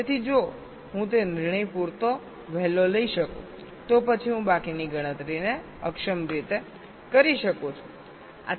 તેથી જો હું તે નિર્ણય પૂરતો વહેલો લઈ શકું તો પછી હું બાકીની ગણતરીને અક્ષમ કરી શકું છું